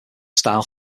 style